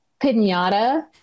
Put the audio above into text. pinata